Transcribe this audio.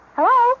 Hello